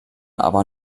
aber